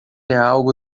algo